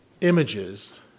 images